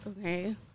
okay